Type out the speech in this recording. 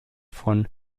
von